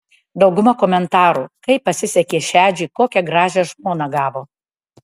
dauguma komentarų kaip pasisekė šedžiui kokią gražią žmoną gavo